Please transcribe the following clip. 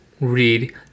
read